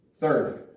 Third